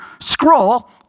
scroll